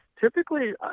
Typically